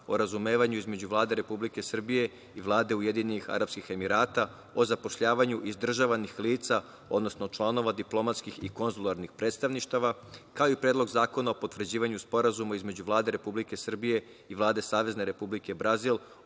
o razumevanju između Vlade Republike Srbije i Vlade Ujedinjenih Arapskih Emirata o zapošljavanju izdržavanih lica, odnosno članova diplomatskih i konzularnih predstavništava, kao i Predlog zakona o potvrđivanju Sporazuma između Vlade Republike Srbije i Vlade Savezne Republike Brazil